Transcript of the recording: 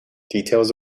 details